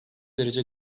derece